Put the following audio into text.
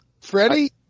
Freddie